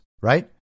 right